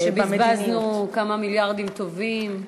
אחרי שבזבזנו כמה מיליארדים טובים.